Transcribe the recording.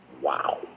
Wow